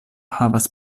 havas